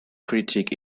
critic